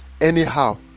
anyhow